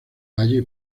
valle